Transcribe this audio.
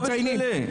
לא בשבילי.